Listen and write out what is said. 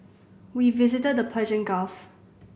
we visited the Persian Gulf